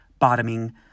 bottoming